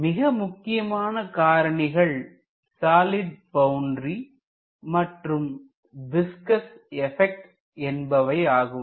மிக முக்கியமான காரணிகள் சாலிட் பௌண்டரி மற்றும் விஸ்கஸ் எபெக்ட் என்பவையாகும்